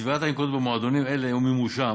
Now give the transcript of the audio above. צבירת הנקודות במועדונים אלה ומימושן